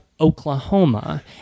Oklahoma